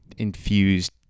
infused